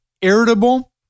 irritable